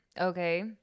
okay